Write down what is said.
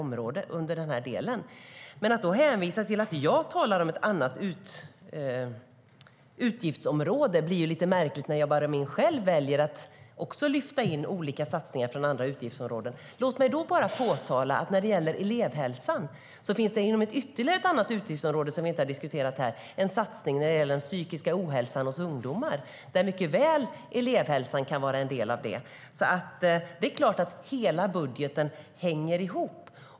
Men att då påstå att jag talar om ett annat utgiftsområde blir lite märkligt när Jabar Amin själv väljer att också lyfta in olika satsningar från andra utgiftsområden. Låt mig bara framhålla att när det gäller elevhälsan finns det, genom ytterligare ett utgiftsområde som vi inte har diskuterat här, en satsning som gäller psykisk ohälsa hos ungdomar. Den kan elevhälsan mycket väl vara en del av. Det är klart att hela budgeten hänger ihop.